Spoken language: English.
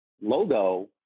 logo